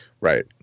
Right